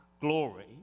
glory